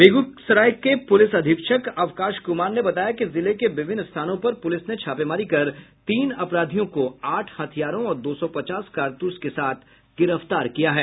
बेगूसराय के पुलिस अधीक्षक अवकाश कुमार ने बताया कि जिले के विभिन्न स्थानों पर पुलिस ने छापेमारी कर तीन अपराधियों को आठ हथियारों और दो सौ पचास कारतूस के साथ गिरफ्तार किया है